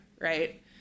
right